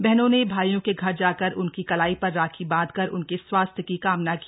बहनों ने भाइयों के घर जाकर उनकी कलाई पर राखी बांधकर उनके स्वास्थ्य की कामना की